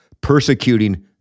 persecuting